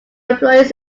employees